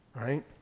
right